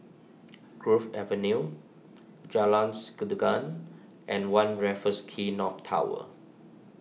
Grove Avenue Jalan Sikudangan and one Raffles Quay North Tower